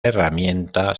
herramienta